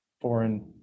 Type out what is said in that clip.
foreign